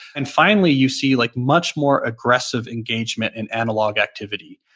and finally, you see like much more aggressive engagement in analog activity.